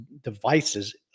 devices